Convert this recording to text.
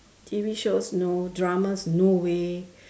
T_V shows no dramas no way